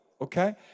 okay